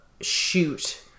shoot